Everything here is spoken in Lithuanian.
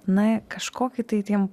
na kažkokį tai tiem